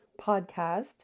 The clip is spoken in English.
podcast